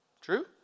True